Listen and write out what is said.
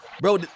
bro